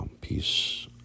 Peace